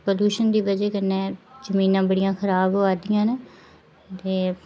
प्रदूषण दी बजह कन्नै जमीनां बड़ियां खराब होआ दियां न ते